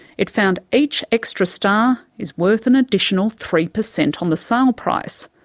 it found each extra star is worth an additional three per cent on the sale price.